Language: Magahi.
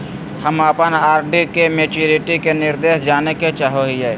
हम अप्पन आर.डी के मैचुरीटी के निर्देश जाने के चाहो हिअइ